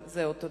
תודה.